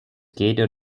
cadre